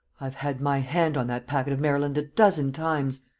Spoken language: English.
i've had my hand on that packet of maryland a dozen times!